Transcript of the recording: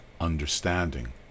understanding